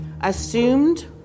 assumed